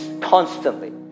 constantly